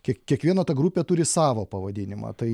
kie kiekvieno ta grupė turi savo pavadinimą tai